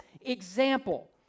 example